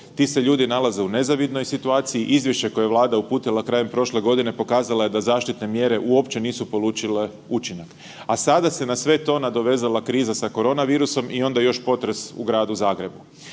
Ti se ljudi nalaze u nezavidnoj situaciji, izvješće koje je Vlada uputila krajem prošle godine pokazala je da zaštitne mjere uopće nisu polučile učinak. A sada se na sve to nadovezala kriza sa koronavirusom i onda još potres u Gradu Zagrebu.